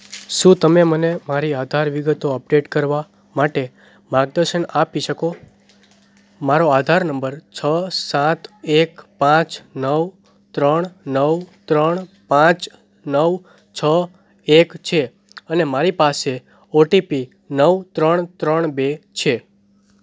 શું તમે મને મારી આધાર વિગતો અપડેટ કરવા માટે માર્ગદર્શન આપી શકો મારો આધાર નંબર છ સાત એક પાંચ નવ ત્રણ નવ ત્રણ પાંચ નવ છ એક છે અને મારી પાસે ઓટીપી નવ ત્રણ ત્રણ બે છે